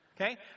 Okay